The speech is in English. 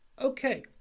Okay